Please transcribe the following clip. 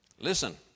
Listen